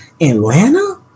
Atlanta